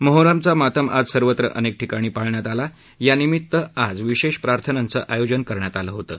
मोहरमचा मातम आज सर्वत्र अनेक ठिकाणी पाळण्यात आला यानिमित्त आज विशेष प्रार्थानांचं आयोजन करण्यात आलं होतं